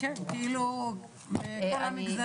כן, כאילו מכל המגזרים.